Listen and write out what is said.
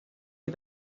les